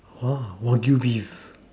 !wah! wagyu beef